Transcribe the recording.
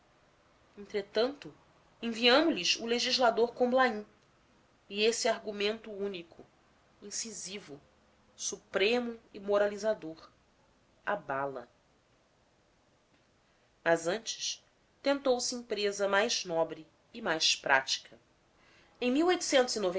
entretanto enviamo lhes o legislador comblain e esse argumento único incisivo supremo e moralizador a bala mas antes tentou se empresa mais nobre e mais prática uma